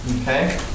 Okay